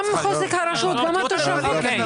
גם חוזק הרשות, גם התושבים.